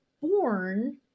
born